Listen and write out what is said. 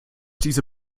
diese